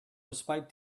respite